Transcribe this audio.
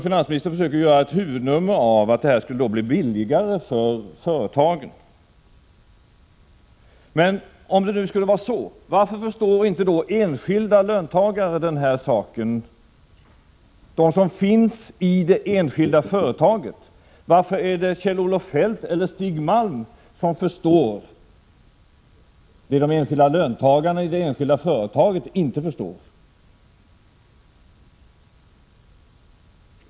Finansministern försöker göra ett huvudnummer av att vinstandelssystem skulle göra att det blir billigare för företagen. Om det nu skulle vara så, varför förstår inte de enskilda löntagarna den saken? Varför är det Kjell-Olof Feldt eller Stig Malm som förstår det de enskilda löntagarna i de enskilda företagen inte förstår?